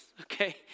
okay